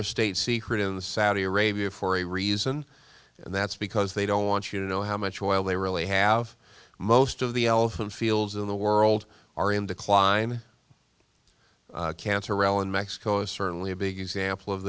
a state secret of the saudi arabia for a reason and that's because they don't want you to know how much oil they really have most of the elephant fields in the world are in decline cancer l and mexico is certainly a big example of